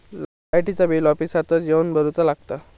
लाईटाचा बिल ऑफिसातच येवन भरुचा लागता?